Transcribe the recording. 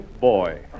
boy